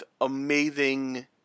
amazing